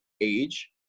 age